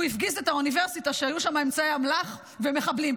הוא הפגיז אוניברסיטה שהיו בה אמצעי אמל"ח ומחבלים.